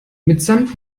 mitsamt